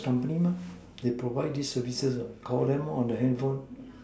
next company mah they provide these services lah Call them lor on the handphone